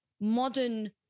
modern